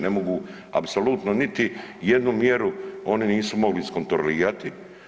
Ne mogu apsolutno niti jednu mjeru oni nisu mogli iskontrolirati.